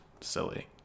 silly